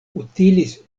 utilis